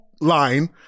line